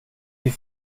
wie